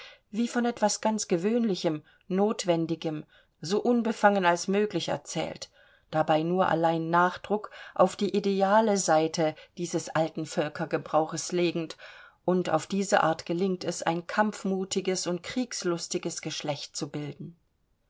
wie von etwas ganz gewöhnlichem notwendigem so unbefangen als möglich erzählt dabei nur allen nachdruck auf die ideale seite dieses alten völkerbrauches legend und auf diese art gelingt es ein kampfmutiges und kriegslustiges geschlecht zu bilden